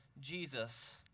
Jesus